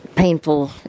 painful